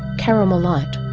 caramel light,